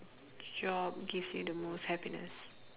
job gives you the most happiness